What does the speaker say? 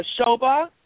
Shoba